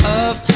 up